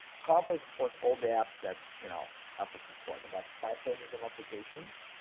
carplay supports all the apps that, you know, apple supports. they got five pages of applications